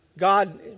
God